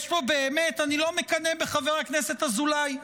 באמת, יש פה, אני לא מקנא בחבר הכנסת אזולאי,